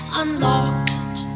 unlocked